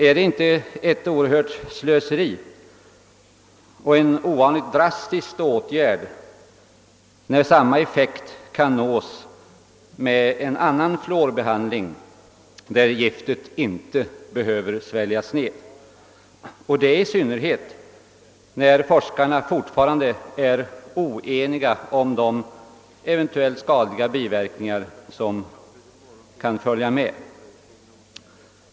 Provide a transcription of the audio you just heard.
Är inte detta ett oerhört slöseri och dessutom en ovanligt drastisk åtgärd, när samma effekt kan uppnås med en annan fluorbehandling, varvid giftet inte behöver sväljas ner; detta i synnerhet när forskarna fortfarande är oeniga om de eventuellt skadliga biverkningar som detta kan medföra?